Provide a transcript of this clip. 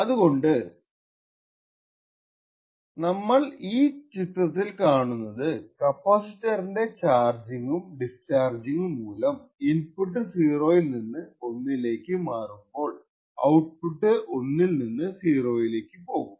അതുകൊണ്ട് നമ്മൾ ഈ ചിത്രത്തിൽ കാണുന്നത് കപ്പാസിറ്ററിൻറെ ചാർജിങും ഡിസ്ചാർജിങും മൂലം ഇൻപുട്ട് 0 ൽ നിന്ന് 1 ലേക്ക് മാറുമ്പോൾ ഔട്പുട്ട് 1 ൽ നിന്ന് 0 ലേക്ക് പോകും